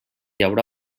haurà